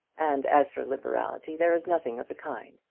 and as for liberality there is nothing of the kind.